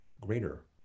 greater